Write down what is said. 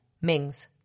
Mings